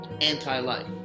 anti-life